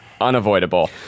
unavoidable